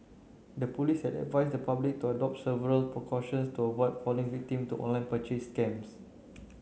the police had advised the public to adopt several precautions to avoid falling victim to online purchase scams